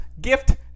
gift